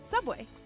Subway